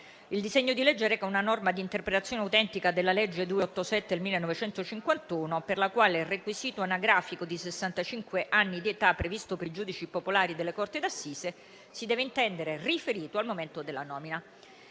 il disegno di legge reca una norma di interpretazione autentica della legge n. 287 del 1951, per la quale il requisito anagrafico di sessantacinque anni di età, previsto per i giudici popolari delle corti d'assise, si deve intendere riferito al momento della nomina.